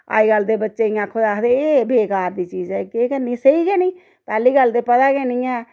अज्जकल दे बच्चें गी आक्खो ते एह् बेकार दी चीज़ ऐ केह् करनी सेही गै नी पैह्ली गल्ल ते पता गै नी ऐ